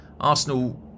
Arsenal